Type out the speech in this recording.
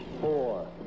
four